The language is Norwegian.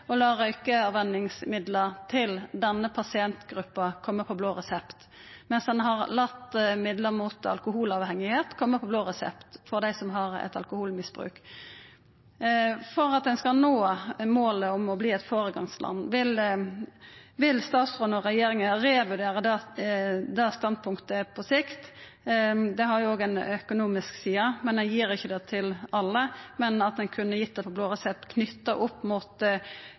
til denne pasientgruppa koma på blå resept, mens ein har late middel mot alkoholavhengigheit koma på blå resept for dei som har eit alkoholmisbruk. For at ein skal nå målet om å verta eit føregangsland – vil statsråden og regjeringa revurdera dette standpunktet på sikt? Det har også ei økonomisk side. Ein gir det ikkje til alle, men å kunna gi det på blå resept knytt opp mot